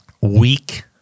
weak